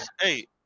hey